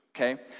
Okay